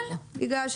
יאללה, הגשנו.